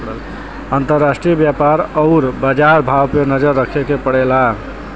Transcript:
अंतराष्ट्रीय व्यापार आउर बाजार भाव पे नजर रखे के पड़ला